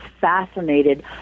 fascinated